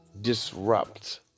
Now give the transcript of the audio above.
disrupt